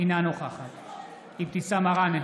אינה נוכחת אבתיסאם מראענה,